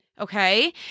Okay